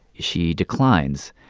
she declines.